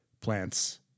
plants